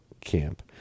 camp